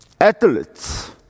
Athletes